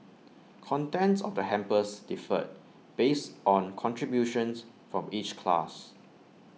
contents of the hampers differed based on contributions from each class